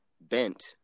bent